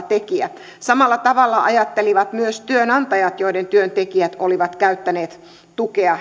tekijä samalla tavalla ajattelivat myös työnantajat joiden työntekijät olivat käyttäneet tukea